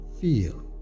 feel